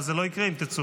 אבל זה לא יקרה אם תצאו.